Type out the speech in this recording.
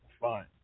fine